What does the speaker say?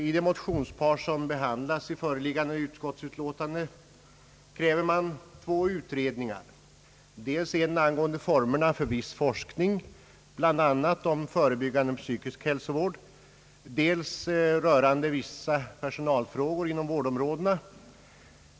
I det motionspar som behandlas i föreliggande utskottsutlåtande kräver man två utredningar, dels en angående formerna för viss forskning, bl.a. om förebyggande psykisk hälsovård, dels en rörande vissa personalfrågor inom vårdområdena.